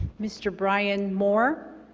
mr. brian moore?